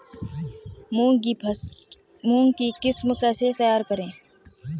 मूंग की किस्म कैसे तैयार करें?